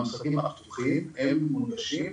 המשחקים ההפוכים הם מונגשים,